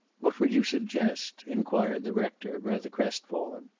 what would you suggest? inquired the rector, rather crestfallen.